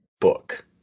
book